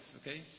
okay